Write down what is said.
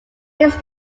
his